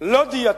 לא דיאטטית,